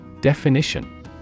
Definition